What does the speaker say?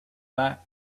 back